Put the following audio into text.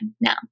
now